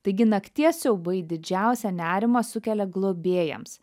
taigi nakties siaubai didžiausią nerimą sukelia globėjams